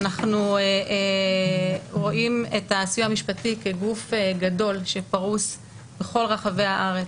אנחנו רואים את הסיוע המשפטי כגוף גדול שפרוס בכל רחבי הארץ.